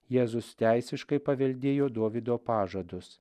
jėzus teisiškai paveldėjo dovydo pažadus